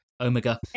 omega